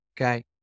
Okay